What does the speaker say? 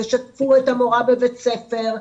תשתפו את המורה בבית הספר,